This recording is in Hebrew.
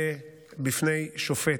בפני שופט.